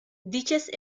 dichas